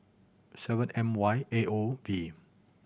seven M Y A O V